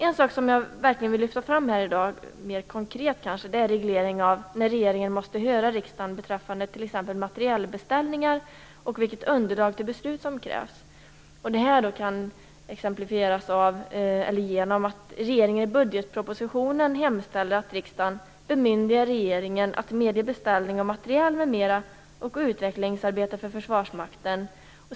En sak som jag vill lyfta fram mer konkret här i dag är regleringen av när regeringen måste höra riksdagen beträffande t.ex. materielbeställningar och vilket underlag till beslut som krävs. Detta kan exemplifieras genom att regeringen i budgetpropositionen hemställde att riksdagen skulle bemyndiga regeringen att medge beställning av materiel m.m. och utvecklingsarbete för Försvarsmakten.